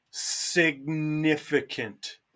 SIGNIFICANT